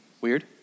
weird